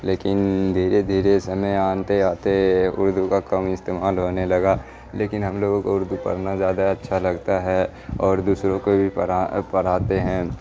لیکن دھیرے دھیرے سمے آتے آتے اردو کا کم استعمال ہونے لگا لیکن ہم لوگوں کو اردو پڑھنا زیادہ اچھا لگتا ہے اور دوسروں کو بھی پڑھا پڑھاتے ہیں